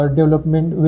Development